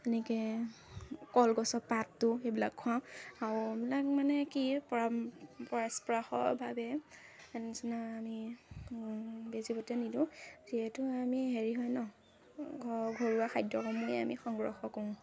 এনেকৈ কলগছৰ পাতটো সেইবিলাক খোৱাওঁ আও এইবিলাক মানে কি পৰা পৰাস্পৰ্শ বাবে এনেচিনা আমি বেজী বটিয়া নিদিওঁ যিহেতু আমি হেৰি হয় ন' ঘৰুৱা খাদ্যসমূহে আমি সংগ্ৰহ কৰোঁ